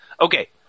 Okay